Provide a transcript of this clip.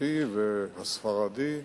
הצרפתי והספרדי.